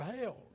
hell